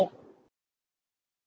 oh my gosh